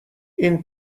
این